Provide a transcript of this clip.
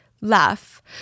laugh